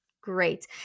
great